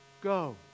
go